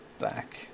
back